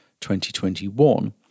2021